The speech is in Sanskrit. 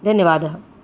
धन्यवादः